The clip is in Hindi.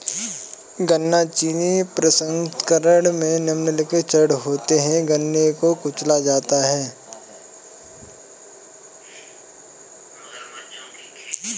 गन्ना चीनी प्रसंस्करण में निम्नलिखित चरण होते है गन्ने को कुचला जाता है